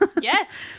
yes